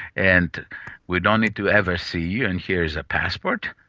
and we don't need to ever see you and here is a passport,